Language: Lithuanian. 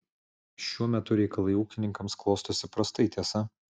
šiuo metu reikalai ūkininkams klostosi prastai tiesa